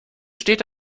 steht